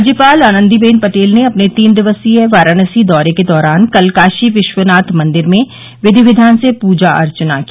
राज्यपाल आनन्दीबेन पटेल ने अपने तीन दिवसीय वाराणसी दौरे के दौरान कल काशीनाथ विश्वनाथ मंदिर में विधि विधान से पूजा अर्चना की